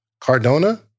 Cardona